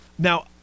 Now